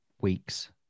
weeks